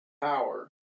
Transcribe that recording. power